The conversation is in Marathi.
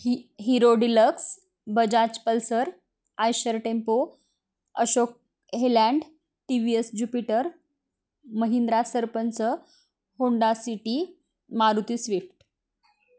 he Hero Deluxe Bajaj Pulsar Eicher Tempo Ashok Leyland TVS Jupiter Mahindra Sarpanch Honda City Maruti Swift